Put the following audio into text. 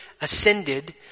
ascended